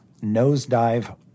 nosedive